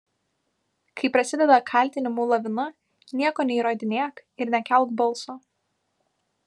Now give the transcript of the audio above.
kai prasideda kaltinimų lavina nieko neįrodinėk ir nekelk balso